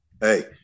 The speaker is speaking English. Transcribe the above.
Hey